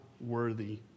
worthy